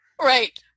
Right